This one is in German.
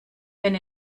wenn